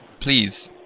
Please